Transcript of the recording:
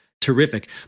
terrific